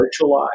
virtualized